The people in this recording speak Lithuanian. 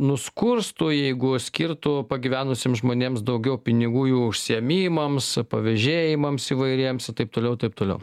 nuskurstų jeigu skirtų pagyvenusiems žmonėms daugiau pinigų jų užsiėmimams pavėžėjimams įvairiems i taip toliau i taip toliau